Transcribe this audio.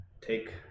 take